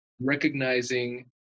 recognizing